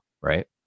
right